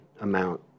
amount